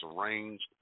arranged